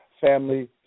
family